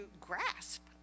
grasp